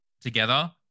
together